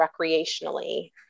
recreationally